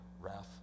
wrath